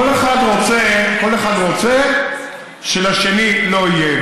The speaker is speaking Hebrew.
כל אחד רוצה שלשני לא יהיה.